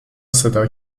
صدا